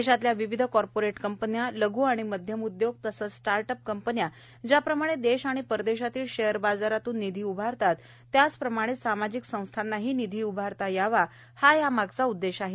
देशातल्या विविध कॉर्पोरेट कंपन्या लघ् आणि मध्यम उद्योग तसंचस्टार्टअपकंपन्या ज्याप्रमाणे देश आणि परदेशातल्या शेअर बाजारातून निधी उभारतात त्याचप्रमाणे सामाजिक संस्थांनाही निधी उभारता यावा हा यामागचा उद्देश आहे